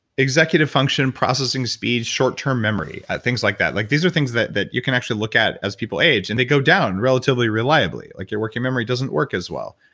executive function processing speeds, short term memory, things like that. like these are things that that you can actually look at as people age. and they go down relatively reliably, like your working memory doesn't work as well.